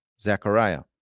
Zechariah